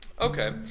okay